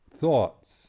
thoughts